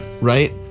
Right